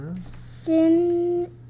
Sin